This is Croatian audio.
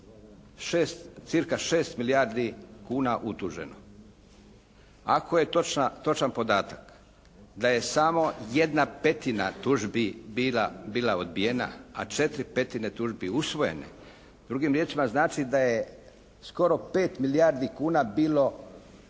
cca. 6 milijardi kuna utuženo. Ako je točan podatak da je samo 1/5 tužbi bila odbijena a 4/5 tužbi usvojene, drugim riječima znači da je skoro 5 milijardi kuna bilo